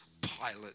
Pilate